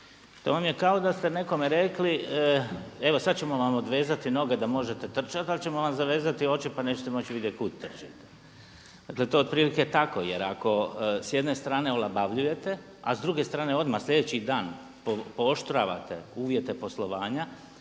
To vam je kao da ste nekome rekli evo sad ćemo vam odvezati noge da možete trčati, ali ćemo vam zavezati oči pa nećete moći vidjeti kud trčite. Dakle, to je otprilike tako, jer ako s jedne strane olabavljujete, a s druge strane odmah sljedeći dan pooštravate uvjete poslovanja,